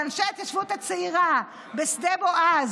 עם אנשי ההתיישבות הצעירה בשדה בועז,